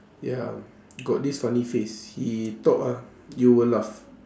ya got this funny face he talk ah you will laugh